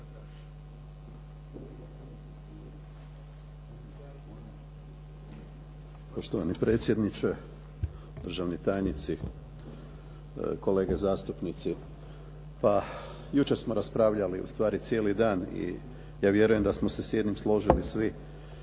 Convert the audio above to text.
Poštovani predsjedniče, državni tajnici, kolege zastupnici. Pa jučer smo raspravljali u stvari cijeli dan i ja vjerujem da smo se s jednim složili svi,